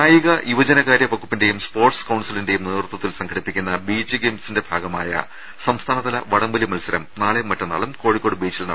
കായിക യുവജനകാര്യ വകുപ്പിന്റെയും സ്പോർട്സ് കൌൺസി ലിന്റെയും നേതൃത്വത്തിൽ സംഘടിപ്പിക്കുന്ന ബീച്ച് ഗെയിംസിന്റെ ഭാഗ മായ സംസ്ഥാനതല വടംവലി മത്സരം നാളെയും മറ്റന്നാളും കോഴിക്കോട് ബീച്ചിൽ നടക്കും